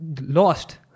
lost